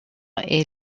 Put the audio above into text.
est